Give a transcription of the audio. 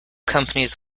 companies